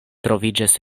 troviĝas